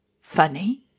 Funny